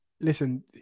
listen